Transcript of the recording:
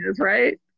right